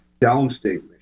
downstate